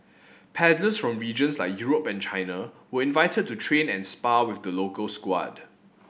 paddlers from regions like Europe and China were invited to train and spar with the local squad